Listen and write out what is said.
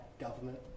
government